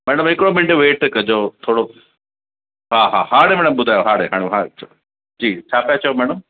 madam हिकिड़ो minute wait कजो थोरो हा हा हाणे मैडम ॿुधायो हाणे हाणे चयो जी छा पिया चओ मैडम